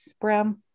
Bram